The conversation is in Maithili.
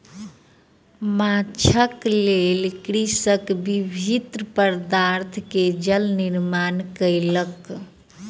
माँछक लेल कृषक विभिन्न पदार्थ सॅ जाल निर्माण कयलक